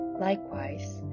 Likewise